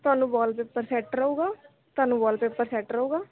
ਤੁਹਾਨੂੰ wallpaper set ਰਹੂਗਾ ਤੁਹਾਨੂੰ ਵਾਲਪੇਪਰ ਸੈੱਟ ਰਹੂਗਾ